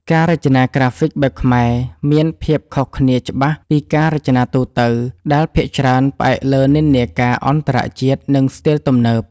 ការរចនាក្រាហ្វិកបែបខ្មែរមានភាពខុសគ្នាច្បាស់ពីការរចនាទូទៅ ដែលភាគច្រើនផ្អែកលើនិន្នាការអន្តរជាតិ និងស្ទីលទំនើប